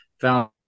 Found